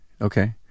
Okay